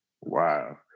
Wow